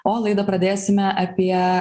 o laidą pradėsime apie